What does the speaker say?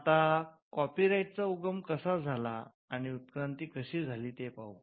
आता कॉपीराइटचा उगम कसा झाला आणि उत्क्रांती कशी झाली ते पाहू